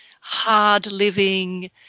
hard-living